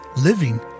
living